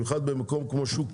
ובמיוחד במקום כמו שוק.